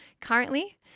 currently